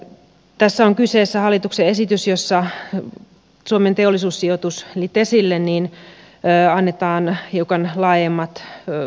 tässä on kyseessä hallituksen esitys jossa suomen teollisuussijoitukselle eli tesille annetaan hiukan laajemmat valtuudet